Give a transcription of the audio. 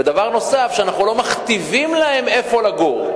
ודבר נוסף, אנחנו לא מכתיבים להם איפה לגור.